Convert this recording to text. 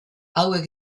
hauek